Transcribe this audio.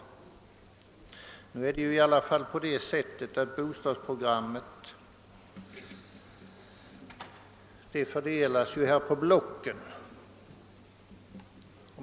Emellertid utgår man ju vid realiserande av bostadsprogrammet från en fördelning på kommunblocken.